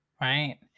right